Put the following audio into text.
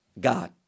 God